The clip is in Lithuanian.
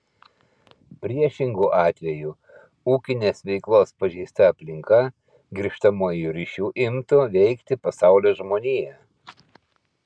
priešingu atveju ūkinės veiklos pažeista aplinka grįžtamuoju ryšiu imtų veikti pasaulio žmoniją